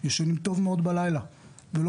זה המחדל,